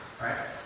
Right